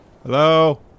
Hello